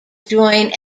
join